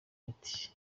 bite